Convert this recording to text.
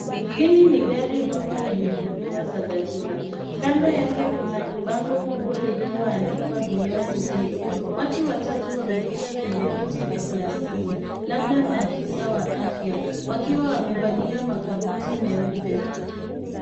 Hili ni gari dogo lenye huduma za dharura. Kando yake kuna bango kubwa lililo andikwa[cs ] beyond zero[cs ]. Watu watatu wameketi kwenye viti vya plastiki labda maafisa wa afya wakiwa wamevalia makabuti meupe.